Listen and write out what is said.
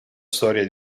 storia